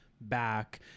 back